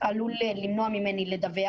למנוע ממני לדווח?